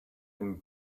been